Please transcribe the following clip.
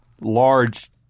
large